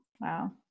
wow